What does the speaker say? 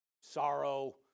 sorrow